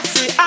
See